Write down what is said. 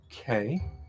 Okay